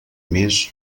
més